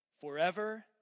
forever